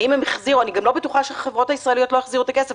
האם הם החזירו אני גם לא בטוחה שהחברות הישראליות לא החזירו את הכסף.